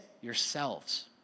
yourselves